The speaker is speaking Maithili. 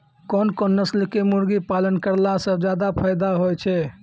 कोन कोन नस्ल के मुर्गी पालन करला से ज्यादा फायदा होय छै?